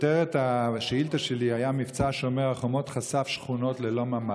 כותרת השאילתה שלי הייתה: מבצע שומר החומות חשף שכונות ללא ממ"דים.